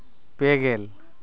ᱯᱮ ᱜᱮᱞ